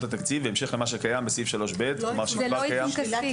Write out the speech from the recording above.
התקציב בהמשך למה שקיים בסעיף 3(ב) --- זה לא עיצום כספי.